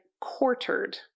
quartered